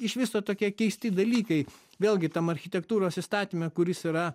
iš viso tokie keisti dalykai vėlgi tam architektūros įstatyme kuris yra